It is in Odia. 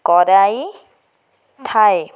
କରାଇଥାଏ